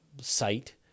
site